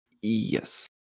Yes